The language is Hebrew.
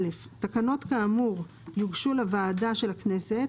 תקנות כאמור יוגשו לוועדת החוקה